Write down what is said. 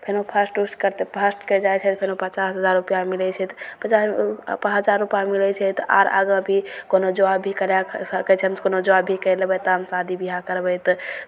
फेरो फस्र्ट उस्र्ट करतै फस्र्ट करि जाइ छै तऽ फेरो पचास हजार रुपैआ मिलै छै तऽ पचास हजार रुपा मिलै छै तऽ आओर आगाँ भी कोनो जॉब भी करै सकै छै एहिमेसे कोनो जॉब भी करि लेबै तऽ हम शादी बिआह करबै तऽ